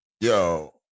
Yo